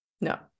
No